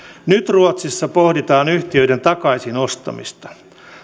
nyt ruotsissa pohditaan yhtiöiden takaisinostamista